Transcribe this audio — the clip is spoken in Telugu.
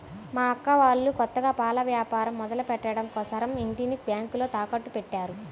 మా అక్క వాళ్ళు కొత్తగా పాల వ్యాపారం మొదలుపెట్టడం కోసరం ఇంటిని బ్యేంకులో తాకట్టుపెట్టారు